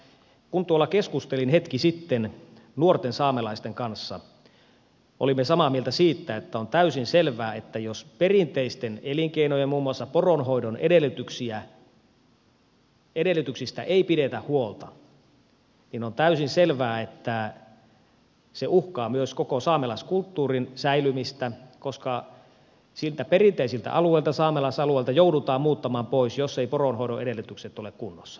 kun tuolla keskustelin hetki sitten nuorten saamelaisten kanssa olimme samaa mieltä siitä että on täysin selvää että jos perinteisten elinkeinojen muun muassa poronhoidon edellytyksistä ei pidetä huolta niin se uhkaa myös koko saamelaiskulttuurin säilymistä koska niiltä perinteisiltä saamelaisalueilta joudutaan muuttamaan pois jos eivät poronhoidon edellytykset ole kunnossa